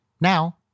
Now